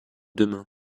demain